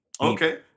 Okay